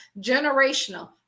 generational